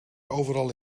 overal